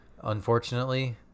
unfortunately